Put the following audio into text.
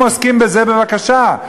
אם עוסקים בזה, בבקשה.